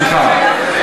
סליחה,